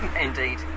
Indeed